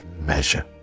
measure